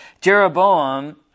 Jeroboam